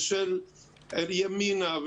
ושל ימינה,